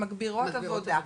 מגבירות עבודה,